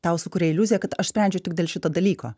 tau sukuria iliuziją kad aš sprendžiu tik dėl šito dalyko